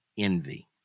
envy